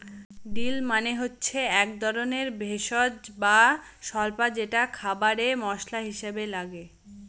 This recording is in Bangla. ডিল মানে হচ্ছে এক ধরনের ভেষজ বা স্বল্পা যেটা খাবারে মশলা হিসাবে লাগে